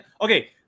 okay